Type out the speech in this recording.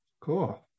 Cool